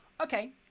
Okay